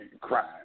crime